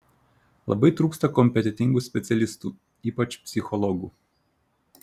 labai trūksta kompetentingų specialistų ypač psichologų